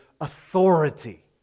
authority